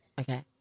Okay